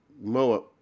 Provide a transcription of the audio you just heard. Moab